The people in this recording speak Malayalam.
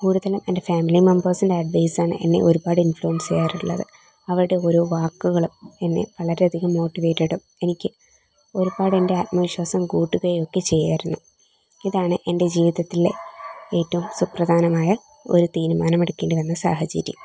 കൂടുതലും എൻ്റെ ഫാമിലി മെമ്പേഴ്സിൻ്റെ അഡ്വൈസ് ആണ് എന്നെ ഒരുപാട് ഇൻഫ്ലുവൻസ് ചെയ്യാറുള്ളത് അവരുടെ ഓരോ വാക്കുകളും എന്നെ വളരെ അധികം മോട്ടിവേറ്റടും എനിക്ക് ഒരുപാട് ഇന്റെ ആത്മവിശ്വാസം കൂട്ടുകയൊക്കെ ചെയ്യുമായിരുന്നു ഇതാണ് എൻ്റെ ജീവിതത്തിലെ ഏറ്റവും സുപ്രധാനമായ ഒരു തീരുമാനം എടുക്കേണ്ടി വന്ന സാഹചര്യം